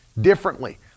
differently